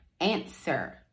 answer